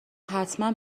حتما